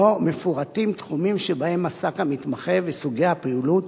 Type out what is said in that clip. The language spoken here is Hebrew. שבו מפורטים התחומים שבהם עסק המתמחה וסוגי הפעילות,